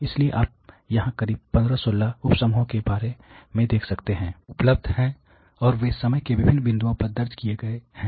इसलिए आप यहां करीब 15 16 उप समूहों के बारे में देख सकते हैं जो उपलब्ध हैं और वे समय के विभिन्न बिंदुओं पर दर्ज किए गए हैं